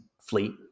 fleet